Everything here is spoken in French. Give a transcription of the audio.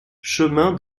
chemin